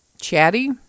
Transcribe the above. chatty